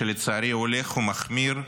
שלצערי הולך ומחמיר,